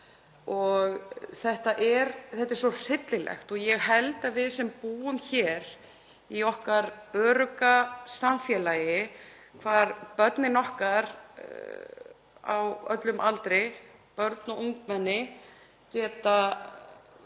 Þetta er svo hryllilegt. Við búum hér í okkar örugga samfélagi hvar börnin okkar á öllum aldri, börn og ungmenni geta